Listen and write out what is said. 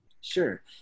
Sure